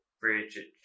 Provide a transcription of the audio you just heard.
Bridget